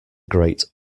great